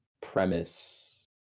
premise